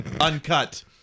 Uncut